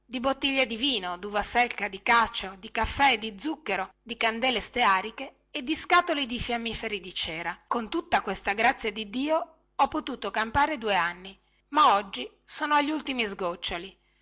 di bottiglie di vino duva secca di cacio di caffè di zucchero di candele steariche e di scatole di fiammiferi di cera con tutta questa grazia di dio ho potuto campare due anni ma oggi sono agli ultimi sgoccioli